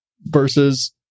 versus